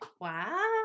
wow